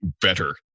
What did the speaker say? better